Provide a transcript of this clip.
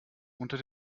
unter